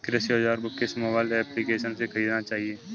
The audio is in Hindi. कृषि औज़ार को किस मोबाइल एप्पलीकेशन से ख़रीदना चाहिए?